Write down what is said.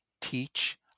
Teach